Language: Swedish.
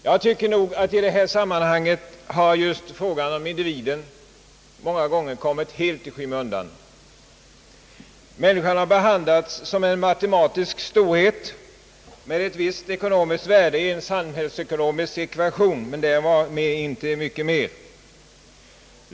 Jag tycker nog att frågan om individen många gånger här kommit i skymundan. Människan har behandlats som en matematisk storhet med ett visst värde i en samhällsekonomisk ekvation, men inte mycket mer.